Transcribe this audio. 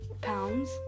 pounds